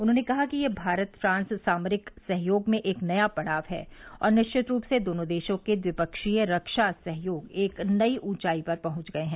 उन्होंने कहा कि यह भारत फ्रांस सामरिक सहयोग में एक नया पड़ाव है और निश्चित रूप से दोनों देशों के ट्विपक्षीय रक्षा सहयोग एक नई ऊंचाई पर पहंच गये हैं